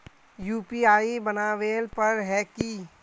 UPI बनावेल पर है की?